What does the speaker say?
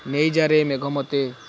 ନେଇ ଯା ରେ ମେଘ ମୋତେ